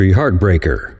heartbreaker